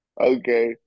Okay